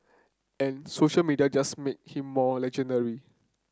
and social media just make him more legendary